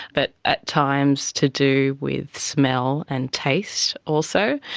but at times to do with smell and taste also.